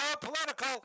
political